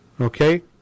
Okay